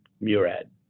Murad